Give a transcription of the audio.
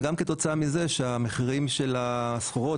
וגם כתוצאה מזה שהמחירים של הסחורות